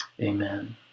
amen